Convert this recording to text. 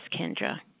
Kendra